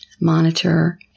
monitor